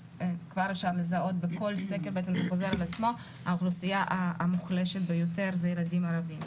אז כבר אפשר לזהות שהאוכלוסייה המוחלשת ביותר זה ילדים ערבים,